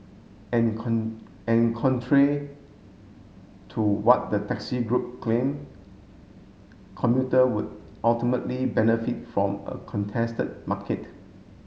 and and contrary to what the taxi group claim commuter would ultimately benefit from a contested market